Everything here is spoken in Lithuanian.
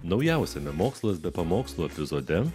naujausiame mokslas be pamokslų epizode